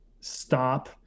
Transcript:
stop